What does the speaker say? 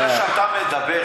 לפני שאתה מדבר,